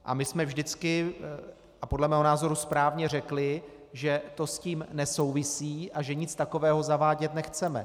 A my jsme vždycky, a podle mého názoru správně, řekli, že to s tím nesouvisí a že nic takového zavádět nechceme.